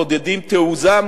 מעודדים תעוזה,